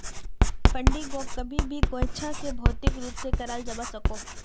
फंडिंगोक कभी भी कोयेंछा से भौतिक रूप से कराल जावा सकोह